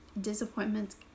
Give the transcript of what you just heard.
Disappointments